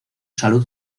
salud